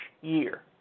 year